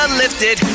lifted